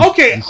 Okay